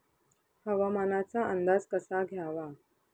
हवामानाचा अंदाज कसा घ्यावा?